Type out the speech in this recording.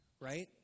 right